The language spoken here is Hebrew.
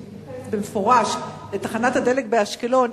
שמתייחס במפורש לתחנת הדלק באשקלון,